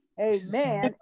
amen